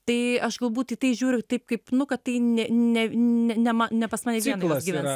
tai aš galbūt į tai žiūriu taip kaip nu kad tai ne ne ne nema ne pas mane vieną jos gyvens